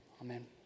Amen